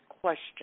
question